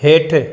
हेठि